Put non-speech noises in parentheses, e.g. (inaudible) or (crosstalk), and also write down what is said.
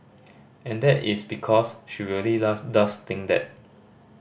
and that is because she really (unintelligible) does think that